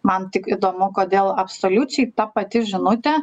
man tik įdomu kodėl absoliučiai ta pati žinutė